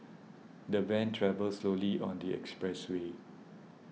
the van travelled slowly on the expressway